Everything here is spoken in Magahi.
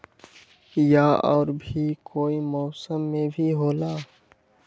या और भी कोई मौसम मे भी होला?